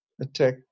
attack